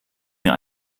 mir